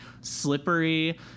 slippery